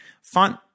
font